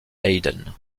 haydn